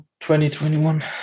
2021